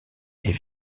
est